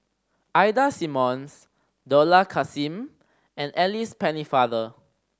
Ida Simmons Dollah Kassim and Alice Pennefather